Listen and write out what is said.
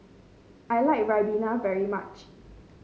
I like ribena very much